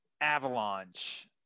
avalanche